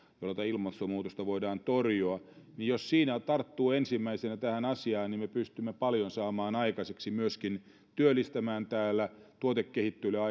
jolla tätä ilmastonmuutosta voidaan torjua niin jos siinä tartumme ensimmäisenä tähän asiaan niin me pystymme paljon saamaan aikaiseksi myöskin työllistämään täällä tuotekehittelyä